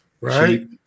Right